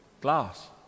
glass